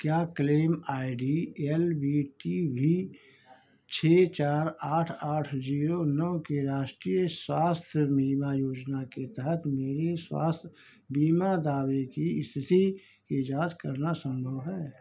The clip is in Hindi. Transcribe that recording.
क्या claim I D L B T V T छह चार आठ आठ ज़ीरो नौ के साथ राष्ट्रीय स्वास्थ्य बीमा योजना के तहत मेरे स्वास्थ्य बीमा दावे की इस्थिति की जाँच करना सम्भव है